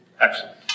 Excellent